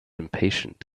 impatient